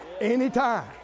Anytime